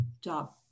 job